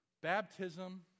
Baptism